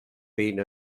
been